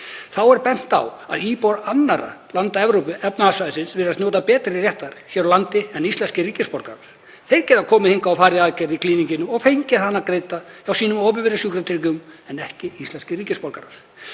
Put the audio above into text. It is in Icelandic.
Þá er bent á að íbúar annarra landa Evrópska efnahagssvæðisins virðast njóta betri réttar hér á landi en íslenskir ríkisborgarar. Þeir geta komið hingað og farið í aðgerð á Klíníkinni og fengið hana greidda hjá sínum opinberu sjúkratryggingum en ekki íslenskir ríkisborgarar.